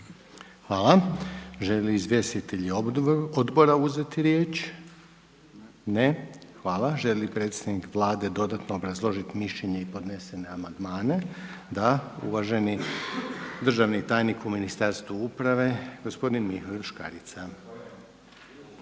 Hvala. Žele li izvjestitelji Odbora uzeti riječ? Ne. Hvala. Želi li predsjednik Vlade dodatno obrazložiti mišljenje i podnesene amandmane? Da. Uvaženi državni tajnik u Ministarstvu uprave gospodin Mihovil Škarica.